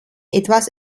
etwas